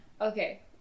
Okay